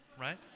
right